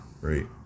Right